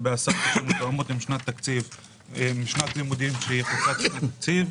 בהסעות אשר מתואמות עם שנת התקציב וחוצות שנת תקציב.